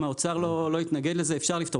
אם האוצר לא יתנגד לזה, אפשר לפתור.